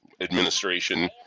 administration